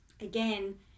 Again